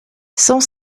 cent